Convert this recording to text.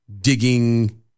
digging